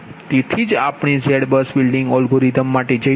તેથી જ આપણે ZBUSબિલ્ડિંગ એલ્ગોરિધમ માટે જઈશું